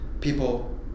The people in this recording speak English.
people